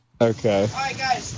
Okay